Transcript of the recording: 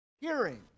hearing